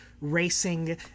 racing